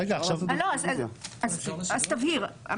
אז תבהיר.